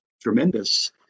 tremendous